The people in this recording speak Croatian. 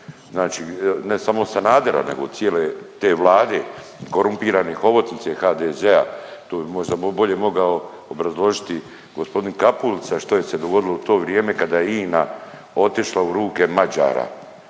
Znači ne samo Sanadera nego cijele te vlade korumpirane hobotnice HDZ-a. To bi možda bolje mogao obrazložiti gospodin Kapulica što je se dogodilo u to vrijeme kada je INA otišla u ruke Mađara.